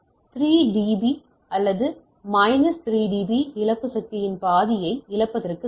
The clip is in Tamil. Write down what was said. எனவே 3 டிபி அல்லது மைனஸ் 3 டிபி இழப்பு சக்தியின் பாதியை இழப்பதற்கு சமம்